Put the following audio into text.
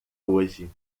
hoje